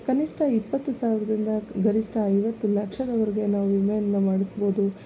ಕನಿಷ್ಠ ಇಪ್ಪತ್ತು ಸಾವಿರದಿಂದ ಗರಿಷ್ಠ ಐವತ್ತು ಲಕ್ಷದವರೆಗೆ ನಾವು ವಿಮೆಯನ್ನು ಮಾಡಿಸ್ಬೋದು